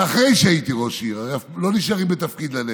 ואחרי שהייתי ראש עיר, הרי לא נשארים בתפקיד לנצח,